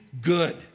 good